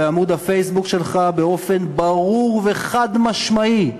בעמוד הפייסבוק שלך באופן ברור וחד-משמעי: